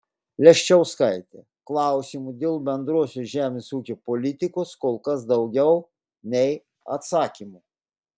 leščauskaitė klausimų dėl bendrosios žemės ūkio politikos kol kas daugiau nei atsakymų